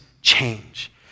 change